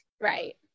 Right